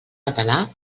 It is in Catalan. català